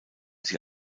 sie